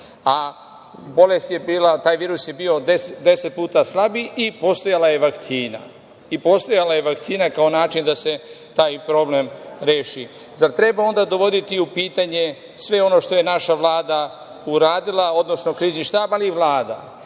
Taj virus je bio deset puta slabiji i postojala je vakcina kao način da se taj problem reši. Zar treba onda dovoditi u pitanje sve ono što je naša Vlada uradila, odnosno Krizni štab, ali i Vlada?